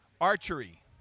Archery